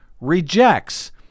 rejects